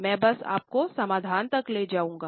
मैं बस आपको समाधान तक ले जाऊँगा